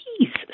Jesus